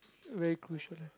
very crucial